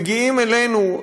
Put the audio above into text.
שמגיעים אלינו,